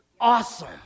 awesome